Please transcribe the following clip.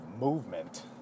movement